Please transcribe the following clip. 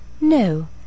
No